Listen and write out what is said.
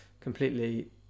completely